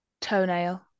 Toenail